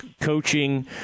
coaching